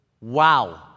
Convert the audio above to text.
Wow